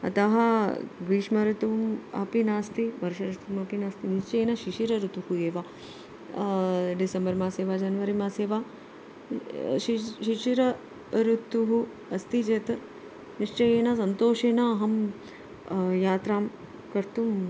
अतः ग्रीष्म ऋतुम् अपि नास्ति वर्षा ऋतुमपि नास्ति निश्चयेन शिशिर ऋतुः एव डिसेम्बर् मासे वा जनवरी मासे वा शी शिशिर ऋतुः अस्ति चेत् निश्चयेन सन्तोषेण अहं यात्रां कर्तुम्